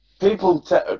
people